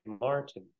martin